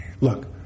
look